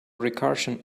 recursion